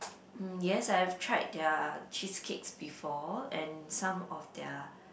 mm yes I've tried their cheesecakes before and some of their